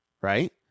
Right